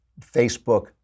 Facebook